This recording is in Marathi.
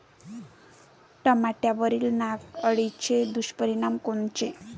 टमाट्यावरील नाग अळीचे दुष्परिणाम कोनचे?